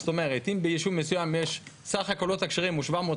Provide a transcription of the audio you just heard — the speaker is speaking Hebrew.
אם בישוב מסוים סך הקולות הכשרים הוא 750